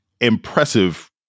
impressive